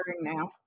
now